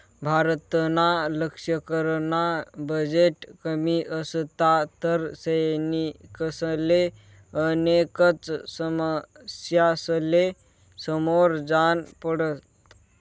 भारतना लशकरना बजेट कमी असता तर सैनिकसले गनेकच समस्यासले समोर जान पडत